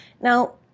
Now